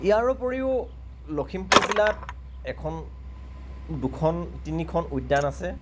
ইয়াৰ উপৰিও লখিমপুৰ জিলাত এখন দুখন তিনিখন উদ্যান আছে